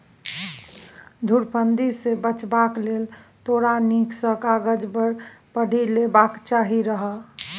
धुरफंदी सँ बचबाक लेल तोरा नीक सँ कागज पढ़ि लेबाक चाही रहय